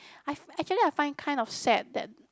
actually I find kind of sad that